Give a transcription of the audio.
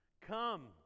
Come